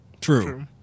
True